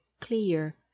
clear